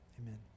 amen